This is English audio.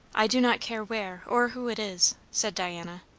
i do not care where or who it is, said diana.